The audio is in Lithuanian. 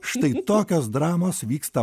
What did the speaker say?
štai tokios dramos vyksta